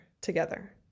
together